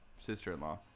sister-in-law